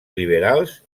liberals